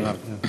יופי.